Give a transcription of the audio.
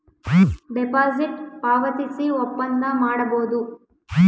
deposit ಪಾವತಿಸಿ ಒಪ್ಪಂದ ಮಾಡಬೋದು